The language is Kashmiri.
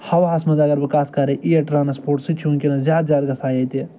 ہَوہَس منٛز اگر بہٕ کَتھ کرٕ اِیَر ٹرٛانسپوٹ سُہ تہِ چھِ وٕنۍکٮ۪نَس زیادٕ زیادٕ گژھان ییٚتہِ